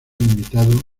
invitado